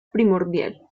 primordial